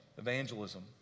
evangelism